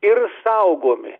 ir saugomi